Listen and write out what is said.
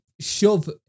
shove